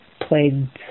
played